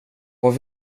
vad